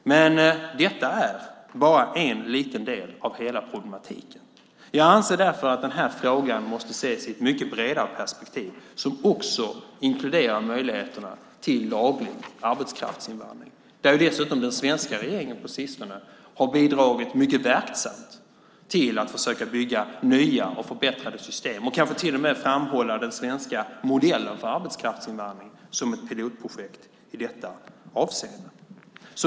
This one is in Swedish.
Men detta är bara en liten del av hela problematiken. Jag anser därför att denna fråga måste ses i ett mycket bredare perspektiv som också inkluderar möjligheterna till laglig arbetskraftsinvandring, där dessutom den svenska regeringen på sistone har bidragit mycket verksamt till att försöka bygga nya och förbättrade system, och man kan kanske till och med framhålla den svenska modellen för arbetskraftsinvandring som ett pilotprojekt i detta avseende.